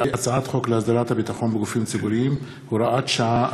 הצעת חוק להסדרת הביטחון בגופים ציבוריים (הוראת שעה),